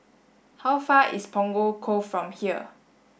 how far is Punggol Cove from here